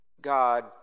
God